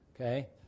okay